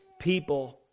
people